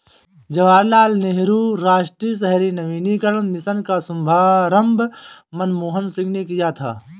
जवाहर लाल नेहरू राष्ट्रीय शहरी नवीकरण मिशन का शुभारम्भ मनमोहन सिंह ने किया था